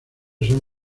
son